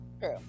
True